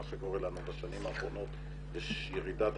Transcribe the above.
מה שקורה לנו בשנים האחרונות כאשר יש ירידה דרמטית.